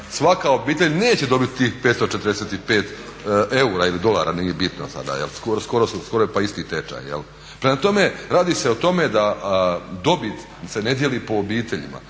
svaka obitelj neće dobiti 545 EUR-a ili dolara, nije bitno sada. Skoro je pa isti tečaj. Prema tome, radi se o tome da dobit se ne dijeli po obiteljima